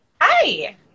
Hi